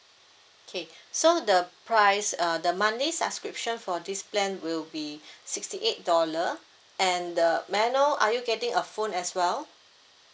okay so the price uh the monthly subscription for this plan will be sixty eight dollar and the may I know are you getting a phone as well